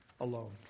alone